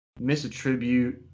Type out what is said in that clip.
misattribute